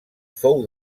fou